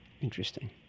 Interesting